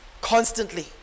constantly